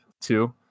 two